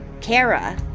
Kara